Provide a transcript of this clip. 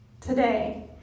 today